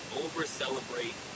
over-celebrate